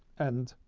and